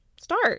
start